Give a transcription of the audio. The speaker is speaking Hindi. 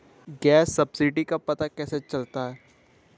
गैस सब्सिडी का पता कैसे चलता है?